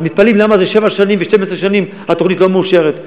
ואז מתפלאים למה שבע שנים ו-12 שנים התוכנית לא מאושרת.